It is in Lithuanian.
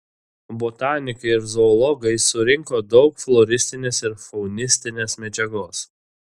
botanikai ir zoologai surinko daug floristinės ir faunistinės medžiagos